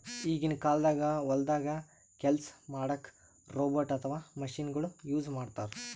ಈಗಿನ ಕಾಲ್ದಾಗ ಹೊಲ್ದಾಗ ಕೆಲ್ಸ್ ಮಾಡಕ್ಕ್ ರೋಬೋಟ್ ಅಥವಾ ಮಷಿನಗೊಳು ಯೂಸ್ ಮಾಡ್ತಾರ್